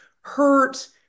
hurt